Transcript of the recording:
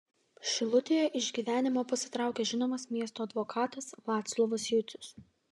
šilutėje iš gyvenimo pasitraukė žinomas miesto advokatas vaclovas jucius